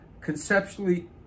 conceptually